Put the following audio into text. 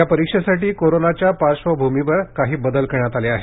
या परीक्षेसाठी कोरोनाच्या पार्श्वभूमीवर काही बदल करण्यात आले आहेत